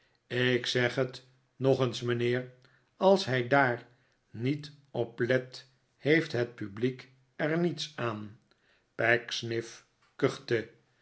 ik zeg het nog eens mijnheer als hij daar niet op let heeft het publiek er niets aan pecksniff kuchte